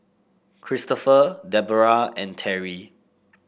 Christopher Deborrah and Terry